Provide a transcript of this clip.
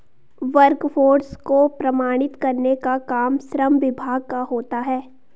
workforce को प्रमाणित करने का काम श्रम विभाग का होता है